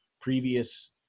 previous